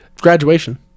Graduation